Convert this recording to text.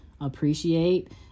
appreciate